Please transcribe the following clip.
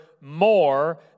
more